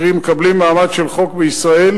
קרי מקבלים מעמד של חוק בישראל,